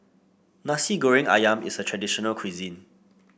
Nasi Goreng ayam is a traditional cuisine